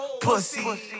Pussy